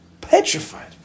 petrified